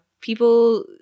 people